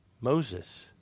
Moses